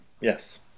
Yes